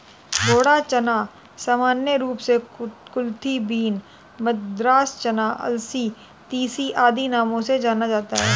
घोड़ा चना सामान्य रूप से कुलथी बीन, मद्रास चना, अलसी, तीसी आदि नामों से जाना जाता है